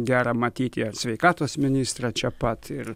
gera matyti sveikatos ministrą čia pat ir